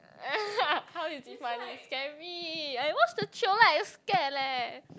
how you think funny scary I watch the trailer I scared leh